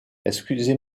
excusez